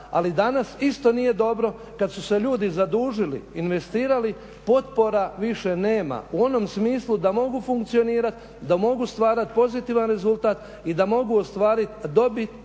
ali danas isto nije dobro kada su se ljudi zadužili, investirali, potpora više nema, u onom smislu da mogu funkcionirati, da mogu stvarati pozitivan rezultat i da mogu ostvariti dobit